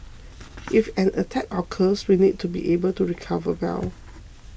if an attack occurs we need to be able to recover well